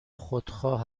خودخواه